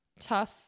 tough